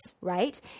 right